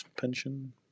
pension